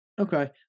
Okay